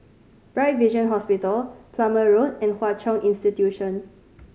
Bright Vision Hospital Plumer Road and Hwa Chong Institution